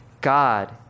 God